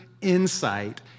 insight